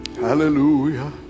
hallelujah